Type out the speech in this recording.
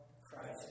Christ